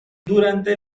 durante